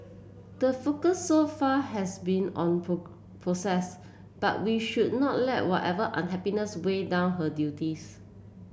the focus so far has been on process but we should not let whatever unhappiness weigh down her duties